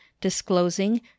disclosing